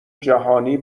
جهانی